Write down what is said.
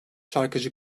şarkıcı